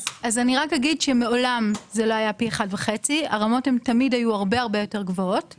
אני רק אגיד שמעולם לא היה פי 1.5 והרמות היו הרבה הרבה יותר גבוהות.